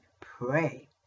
pray